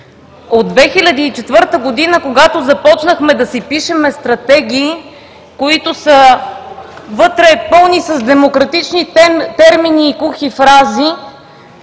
От 2004 г., когато започнахме да си пишем стратегии, които вътре са пълни с демократични термини и кухи фрази,